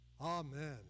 Amen